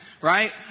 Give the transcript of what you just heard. right